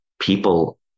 people